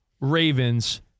Ravens